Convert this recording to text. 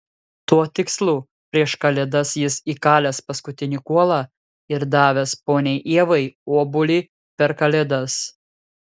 tuo tikslu prieš kalėdas jis įkalęs paskutinį kuolą ir davęs poniai ievai obuolį per kalėdas